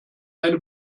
eine